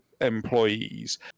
employees